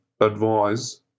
advise